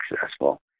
successful